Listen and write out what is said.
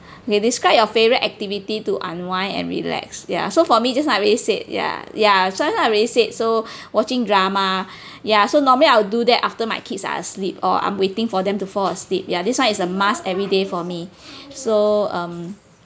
K describe your favourite activity to unwind and relax ya so for me just now I already said ya ya so just now I already said so watching drama ya so normally I will do that after my kids are asleep or I'm waiting for them to fall asleep ya this [one] is a must every day for me so um